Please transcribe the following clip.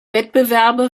wettbewerbe